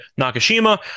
Nakashima